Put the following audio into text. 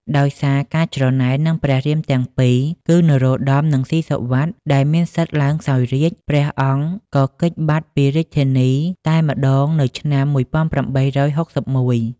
ដោយសារការច្រណែននឹងព្រះរាមទាំងពីរគឺនរោត្តម និងស៊ីសុវត្ថិ ដែលមានសិទ្ធិឡើងសោយរាជ្យ ព្រះអង្គក៏គេចបាត់ពីរាជធានីតែម្ដងនៅឆ្នាំ ១៨៦១។